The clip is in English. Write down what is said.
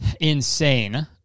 insane